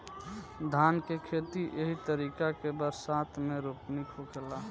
धान के खेती एही तरीका के बरसात मे रोपनी होखेला